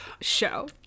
show